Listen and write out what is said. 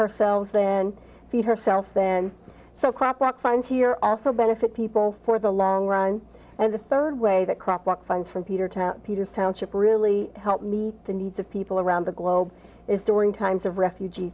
herself then feed herself then so crap back find here also benefit people for the long run as a third way that crop what funds from peter to peter township really help meet the needs of people around the globe is during times of refugee